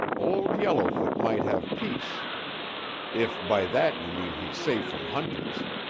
old yellowfoot might have peace if by that you mean he's safe from hunters.